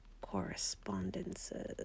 correspondences